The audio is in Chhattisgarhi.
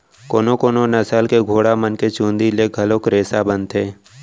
कोनो कोनो नसल के घोड़ा मन के चूंदी ले घलोक रेसा बनथे